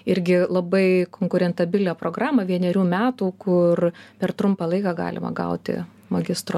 irgi labai konkurentabilią programą vienerių metų kur per trumpą laiką galima gauti magistro